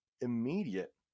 immediate